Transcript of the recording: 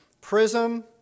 prism